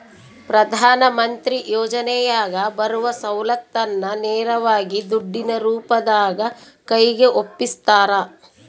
ಪ್ರಧಾನ ಮಂತ್ರಿ ಯೋಜನೆಯಾಗ ಬರುವ ಸೌಲತ್ತನ್ನ ನೇರವಾಗಿ ದುಡ್ಡಿನ ರೂಪದಾಗ ಕೈಗೆ ಒಪ್ಪಿಸ್ತಾರ?